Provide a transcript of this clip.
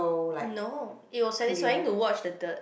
no it was satisfying to watch the dirt